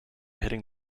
hitting